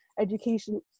education